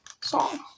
song